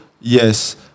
Yes